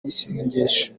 y’isengesho